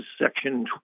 Section